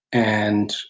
and